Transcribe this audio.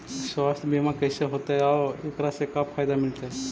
सवासथ बिमा कैसे होतै, और एकरा से का फायदा मिलतै?